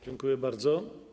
Dziękuję bardzo.